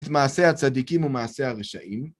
מעשה הצדיקים ומעשה הרשעים.